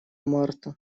марта